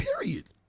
Period